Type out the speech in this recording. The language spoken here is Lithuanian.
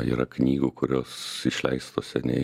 yra knygų kurios išleistos seniai